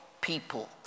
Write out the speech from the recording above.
people